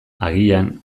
agian